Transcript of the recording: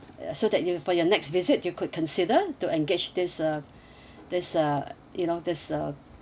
ya so that you for your next visit you could consider to engage this uh this uh you know this uh